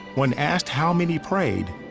when asked how many prayed,